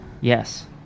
Yes